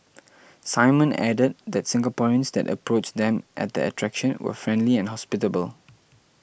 Simon added that Singaporeans that approached them at the attraction were friendly and hospitable